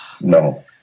no